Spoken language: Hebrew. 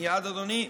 מייד, אדוני.